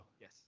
yes